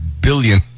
billion